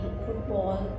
football